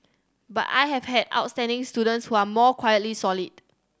but I have had outstanding students who are more quietly solid